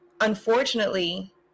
unfortunately